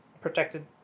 protected